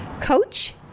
coach